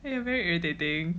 you are very irritating